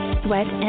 sweat